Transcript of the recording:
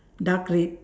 dark red